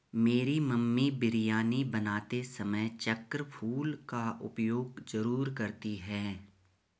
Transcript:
मेरी मम्मी बिरयानी बनाते समय चक्र फूल का उपयोग जरूर करती हैं